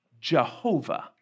Jehovah